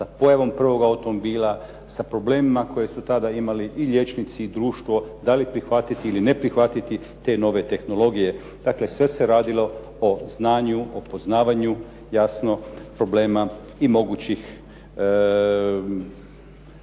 sa pojavom prvoga automobila, sa problemima koje su tada imali i liječnici i društvo da li prihvatiti ili ne prihvatiti te nove tehnologije. Dakle, sve se radilo o znanju, o poznavanju jasno problema i mogućih